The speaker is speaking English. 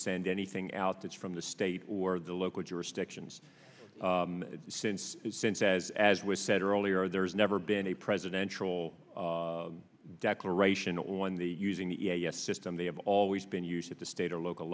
send anything out that's from the state or the local jurisdictions since since as as was said earlier there's never been a presidential declaration or when the using the system they have always been used at the state or local